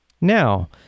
Now